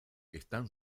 están